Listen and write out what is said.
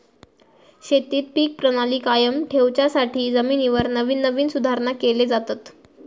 शेतीत पीक प्रणाली कायम ठेवच्यासाठी जमिनीवर नवीन नवीन सुधारणा केले जातत